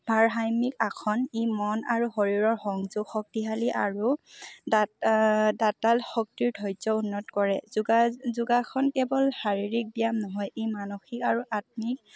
ভাৰস্যামিক আসন ই মন আৰু শৰীৰৰ সংযোগ শক্তিশালী আৰু দতাল শক্তিৰ ধৈৰ্য উন্নত কৰে যোগা যোগাসন কেৱল শাৰীৰিক ব্যায়াম নহয় ই মানসিক আৰু আত্মিক